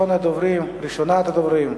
מס' 3534,